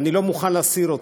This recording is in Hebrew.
ואני לא מוכן להסיר אותו,